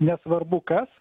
nesvarbu kas